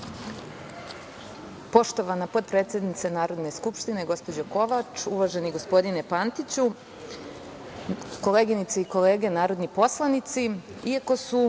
Poštovana potpredsednice Narodne skupštine, gospođo Kovač, uvaženi gospodine Pantiću, koleginice i kolege narodni poslanici, iako se